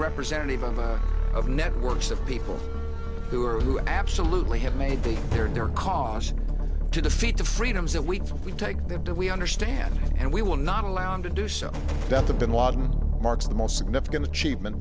representative of networks of people who are who absolutely have made the third their cause to defeat the freedoms that we we take that do we understand and we will not allow them to do so that the bin laden marks the most significant achievement